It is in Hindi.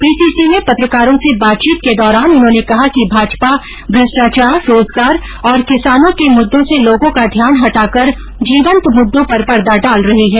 पीसीसी में पत्रकारों से बातचीत के दौरान उन्होंने कहा कि भाजपा भ्रष्टाचार रोजगार और किसानों के मुददो से लोगों का ध्यान हटाकर जीवन्त मुददों पर पर्दा डाल रही है